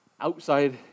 outside